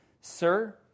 Sir